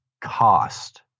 cost